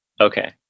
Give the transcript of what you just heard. Okay